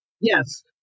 Yes